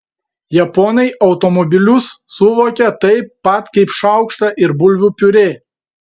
japonai automobilius suvokia taip pat kaip šaukštą ir bulvių piurė